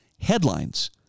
headlines